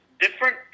different